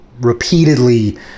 repeatedly